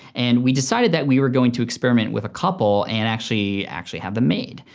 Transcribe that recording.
and we decided that we were going to experiment with a couple and actually actually have them made.